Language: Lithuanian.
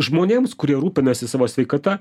žmonėms kurie rūpinasi savo sveikata